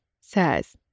says